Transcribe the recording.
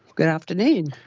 good afternoon.